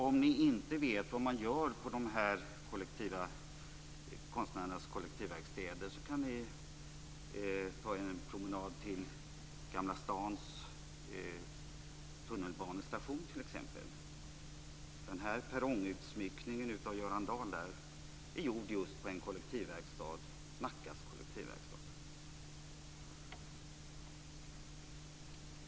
Om ni inte vet vad man gör på konstnärernas kollektivverkstäder så kan ni ta en promenad till Gamla stans tunnelbanestation. Perrongutsmyckningen av Göran Dahl är gjord just på en kollektivverkstad, Nackas kollektivverkstad.